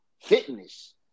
fitness